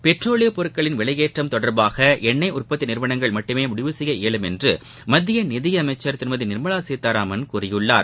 பெட்ரோலியப் பொருட்களின் விலையேற்றம் தொடர்பாக என்ணெய் உற்பத்தி நிறுவனங்கள் மட்டுமே முடிவு செய்ய இயலும் என்று மத்திய நிதியமைச்சர் திருமதி நிர்மலா சீதாராமன் கூறியுள்ளார்